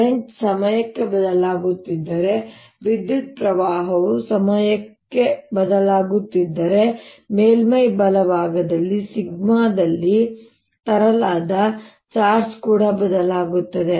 current ಸಮಯಕ್ಕೆ ಬದಲಾಗುತ್ತಿದ್ದರೆ ವಿದ್ಯುತ್ ಪ್ರವಾಹವು ಸಮಯಕ್ಕೆ ಬದಲಾಗುತ್ತಿದ್ದರೆ ಮೇಲ್ಮೈ ಬಲಭಾಗದಲ್ಲಿ ಸಿಗ್ಮಾ ದಲ್ಲಿ ತರಲಾದ ಚಾರ್ಜ್ ಕೂಡ ಬದಲಾಗುತ್ತದೆ